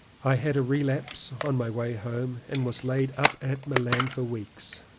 i had a relapse on my way home and was laid up at milan for weeks.